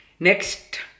Next